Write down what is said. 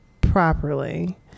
properly